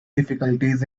difficulties